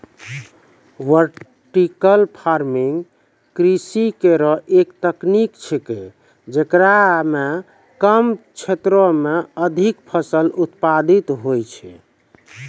vertical farming कृषि केरो एक तकनीक छिकै, जेकरा म कम क्षेत्रो में अधिक फसल उत्पादित होय छै